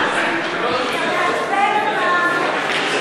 כי אתה מעצבן אותן.